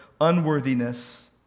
unworthiness